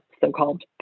so-called